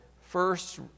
first